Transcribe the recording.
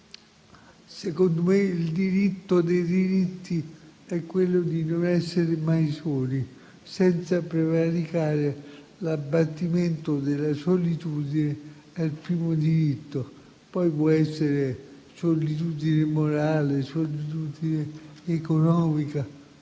secondo me il diritto dei diritti è quello di non essere mai soli: senza prevaricare, l'abbattimento della solitudine è il primo diritto. Può trattarsi di solitudine morale, economica